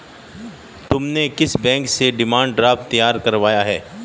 तुमने किस बैंक से डिमांड ड्राफ्ट तैयार करवाया है?